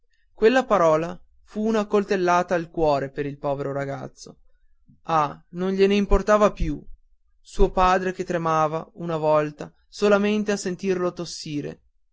quella parola fu una coltellata al cuore per il povero ragazzo ah non glie ne importava più suo padre che tremava una volta solamente a sentirlo tossire